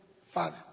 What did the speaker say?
father